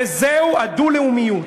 וזהו הדו-לאומיות.